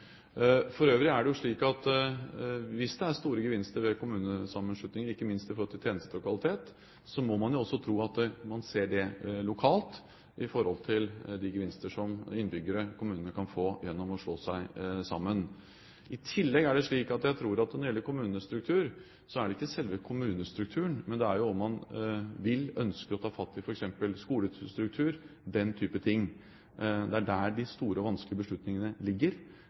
For øvrig er det slik at hvis det er store gevinster ved kommunesammenslåinger, ikke minst når det gjelder tjenester og kvalitet, må man også tro at man ser det lokalt i forhold til de gevinster som innbyggere i kommunene kan få gjennom å slå seg sammen. I tillegg er det slik at jeg tror at når det gjelder kommunestruktur, gjelder det ikke selve kommunestrukturen, men om man vil ønske å ta fatt i f.eks. skolestruktur – den type ting. Det er der de store og vanskelige beslutningene ligger,